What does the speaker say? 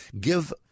Give